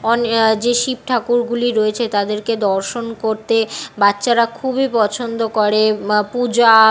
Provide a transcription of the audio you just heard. যে শিব ঠাকুরগুলি রয়েছে তাদেরকে দর্শন করতে বাচ্চারা খুবই পছন্দ করে বা পূজা